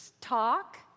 talk